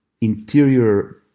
interior